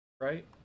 right